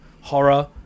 horror